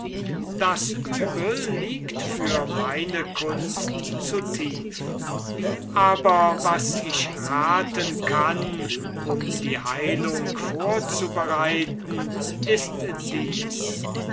das übel liegt für meine kunst zu tief aber was ich tun kann um die heilung vorzubereiten ist dies